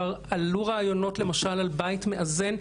עלו כבר רעיונות למשל לבית מאזן.